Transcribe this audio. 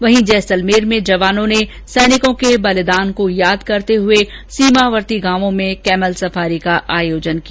वहीं जैसलमेर में जवानों ने सैनिकों के बलिदान केो याद करते सीमावर्ती गांवों में कैमल सफारी का आयोजन किया